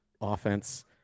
offense